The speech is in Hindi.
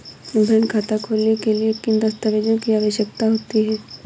बैंक खाता खोलने के लिए किन दस्तावेज़ों की आवश्यकता होती है?